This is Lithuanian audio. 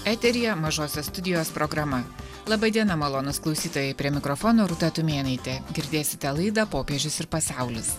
eteryje mažosios studijos programa labai diena malonūs klausytojai prie mikrofono rūta tumėnaitė girdėsite laidą popiežius ir pasaulis